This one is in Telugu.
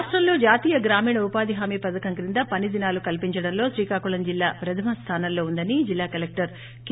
రాష్టంలో జాతీయ గ్రామీణ ఉపాధి హామీ పధకం కింద పని దినాలు కల్సించడంలో శ్రీకాకుళం జిల్లా ప్రధమ స్థానంలో ఉందని జిల్లా కలెక్టర్ కె